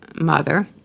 mother